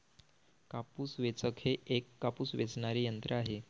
कापूस वेचक हे एक कापूस वेचणारे यंत्र आहे